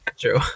True